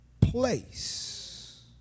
place